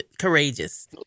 courageous